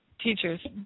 teachers